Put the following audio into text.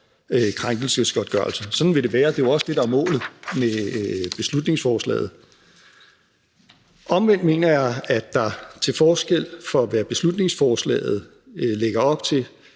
krænkelsesgodtgørelse. Sådan vil det være, og det er jo også det, der er målet med beslutningsforslaget. Omvendt mener jeg, at der til forskel fra, hvad beslutningsforslaget lægger op til,